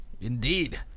Indeed